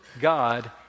God